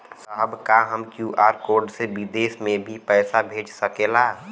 साहब का हम क्यू.आर कोड से बिदेश में भी पैसा भेज सकेला?